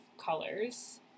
colors